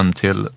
till